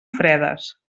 fredes